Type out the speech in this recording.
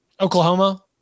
Oklahoma